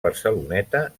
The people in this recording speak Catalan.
barceloneta